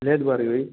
లేదు భార్గవి